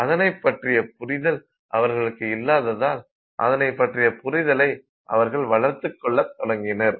அதனை பற்றிய புரிதல் அவர்களுக்கு இல்லாததால் அதனைப் பற்றிய புரிதலை அவர்கள் வளர்த்துக் கொள்ளத் தொடங்கினர்